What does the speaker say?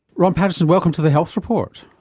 ron paterson welcome to the health report.